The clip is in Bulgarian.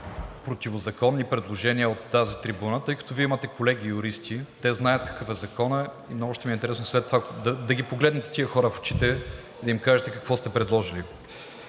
противозаконни предложения от тази трибуна, тъй като Вие имате колеги юристи. Те знаят какъв е законът и много ще ми е интересно след това да ги погледнете тези хора в очите и да им кажете какво сте предложили.